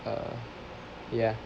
uh ya